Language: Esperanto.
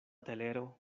telero